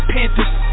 Panthers